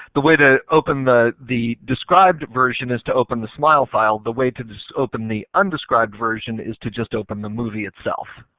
the way to open the the described version is to open the smiol file, the way to open the undescribed version is to just open the movie itself.